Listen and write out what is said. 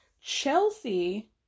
Chelsea